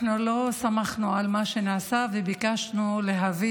אנחנו לא סמכנו על מה שנעשה וביקשנו להביא